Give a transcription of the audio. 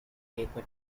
paper